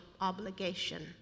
obligation